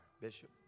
Bishop